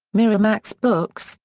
miramax books,